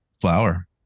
flower